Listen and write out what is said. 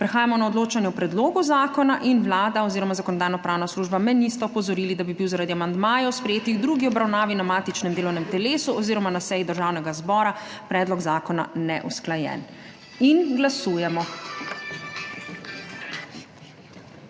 Prehajamo na odločanje o predlogu zakona. Vlada oziroma Zakonodajno-pravna služba me nista opozorili, da bi bil zaradi amandmajev, sprejetih v drugi obravnavi na matičnem delovnem telesu oziroma na seji Državnega zbora, predlog zakona neusklajen. Glasujemo.